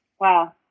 Wow